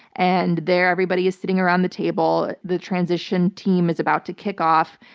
and there everybody is sitting around the table. the transition team is about to kick off,